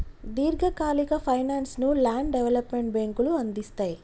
దీర్ఘకాలిక ఫైనాన్స్ ను land development బ్యేంకులు అందిస్తయ్